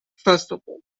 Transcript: festival